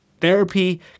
Therapy